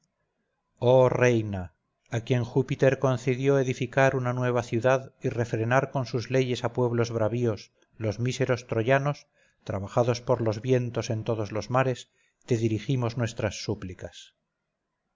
oh reina a quien júpiter concedió edificar una nueva ciudad y refrenar con sus leyes a pueblos bravíos los míseros troyanos trabajados por los vientos en todos los mares te dirigimos nuestras súplicas